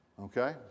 okay